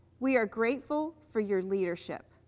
we are grateful for your leadership.